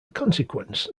consequence